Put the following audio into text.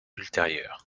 ultérieure